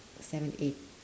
seven eight